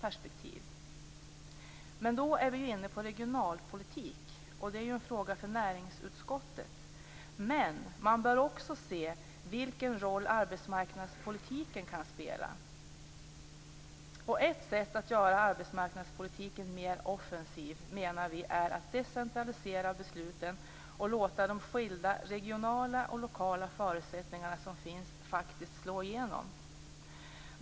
Men då är vi inne på regionalpolitik, och det är ju en sak för näringsutskottet. Man bör också se vilken roll arbetsmarknadspolitiken kan spela. Ett sätt att göra arbetsmarknadspolitiken mer offensiv är, menar vi, att decentralisera besluten och låta de skilda regionala och lokala förutsättningar som finns faktiskt slå igenom.